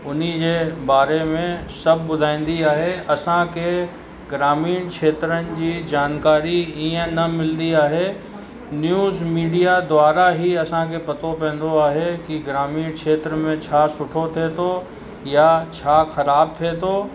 हुनजे बारे में सभु ॿुधाईंदी आहे असांखे ग्रामीण खेत्रनि जी जानकारी इअं न मिलंदी आहे न्यूज मीडिया द्वारा ही असांखे पतो पवंदो आहे कि ग्रामीण खेत्र में छा सुठो थिए थो या छा ख़राबु थिए थो